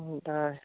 ڈاے ہتَھ